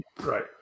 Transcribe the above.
right